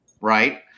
right